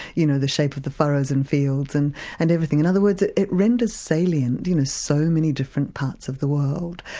you know, the shape of the furrows and fields and and everything. in other words it renders salient in you know so many different parts of the world.